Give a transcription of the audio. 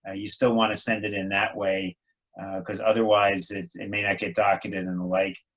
ah you still want to send it in that way because otherwise it it may not get docketed and the like,